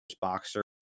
boxer